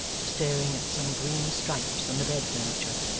to staring at some green stripes on the bed-furniture,